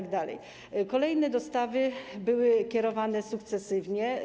Kolejne dostawy były kierowane sukcesywnie.